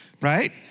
right